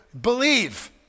believe